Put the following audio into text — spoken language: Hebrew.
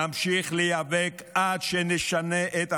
נמשיך להיאבק עד שנשנה את המציאות.